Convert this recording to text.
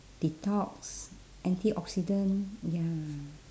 detox antioxidant ya